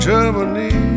Germany